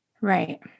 Right